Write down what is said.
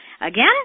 Again